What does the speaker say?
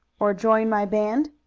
or join my band?